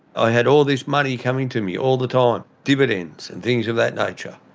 i had all this money coming to me, all the time dividends and things of that nature.